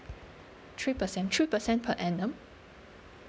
three percent three percent per annum